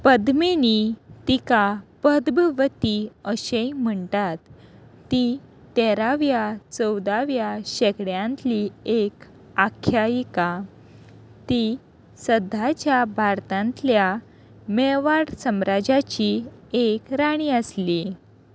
पद्मिनी तिका पद्भवती अशेंय म्हणटात ती तेराव्या चवदाव्या शेंकड्यांतली एक आख्यायिका ती सद्धाच्या भारतांतल्या मेवाड सम्राज्याची एक राणी आसली